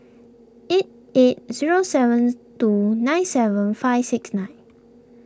eight eight zero sevens two nine seven five six nine